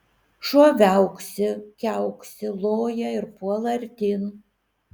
šuo viauksi kiauksi loja ir puola artyn